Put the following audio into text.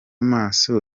maso